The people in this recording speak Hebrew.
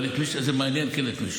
אבל זה כן מעניין מישהו,